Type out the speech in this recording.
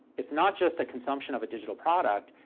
it's not just a consumption of a digital product.